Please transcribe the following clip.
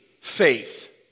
faith